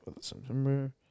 September